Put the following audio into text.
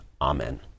amen